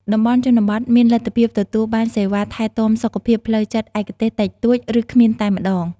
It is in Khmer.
តំបន់ជនបទមានលទ្ធភាពទទួលបានសេវាថែទាំសុខភាពផ្លូវចិត្តឯកទេសតិចតួច ឬគ្មានតែម្តង។